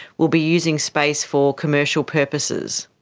will be using space for commercial purposes.